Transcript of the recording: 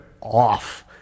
off